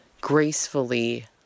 gracefully